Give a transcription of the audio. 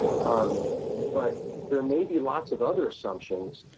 um but there may be lots of other assumptions